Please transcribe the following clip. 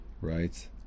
right